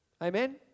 Amen